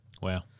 Wow